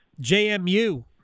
JMU